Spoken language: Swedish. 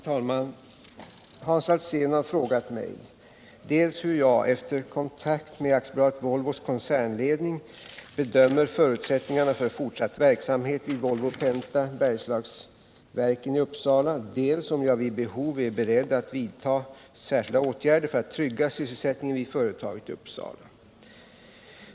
Herr talman! Hans Alsén har frågat mig dels hur jag, efter kontakt med AB Volvos koncernledning, bedömer förutsättningarna för fortsatt verksamhet vid AB Volvo, Bergslagsverken i Uppsala, dels om jag vid behov är beredd att vidta särskilda åtgärder för att trygga sysselsättningen vid företaget i Uppsala.